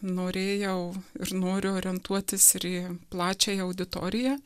norėjau ir noriu orientuotis ir į plačiąją auditoriją